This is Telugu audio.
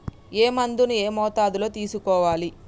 ఏ మందును ఏ మోతాదులో తీసుకోవాలి?